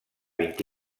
vint